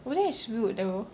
!wah! that is rude though